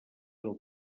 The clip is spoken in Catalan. del